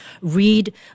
read